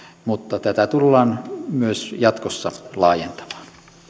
mutta tätä tullaan myös jatkossa laajentamaan